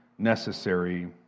necessary